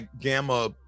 Gamma